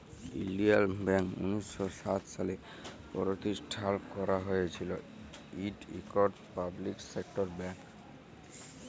ইলডিয়াল ব্যাংক উনিশ শ সাত সালে পরতিষ্ঠাল ক্যারা হঁইয়েছিল, ইট ইকট পাবলিক সেক্টর ব্যাংক